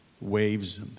waves